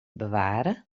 bewaren